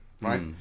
right